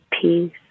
peace